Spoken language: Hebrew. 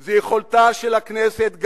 זה יכולתה של הכנסת,